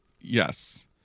Yes